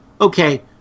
Okay